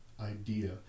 idea